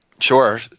Sure